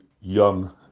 young